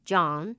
John